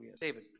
David